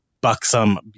buxom